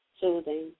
soothing